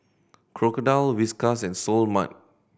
Crocodile Whiskas and Seoul Mart